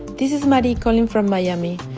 this is marie calling from miami.